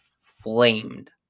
flamed